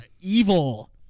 evil